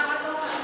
מה אתה אומר.